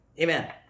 Amen